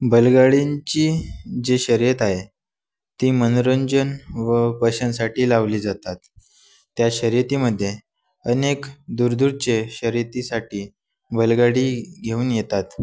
बैलगाडींची जी शर्यत आहे ती मनोरंजन व पैशांसाठी लावली जातात त्या शर्यतीमध्ये अनेक दूरदूरचे शर्यतीसाठी बैलगाडी घेऊन येतात